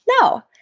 No